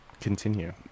Continue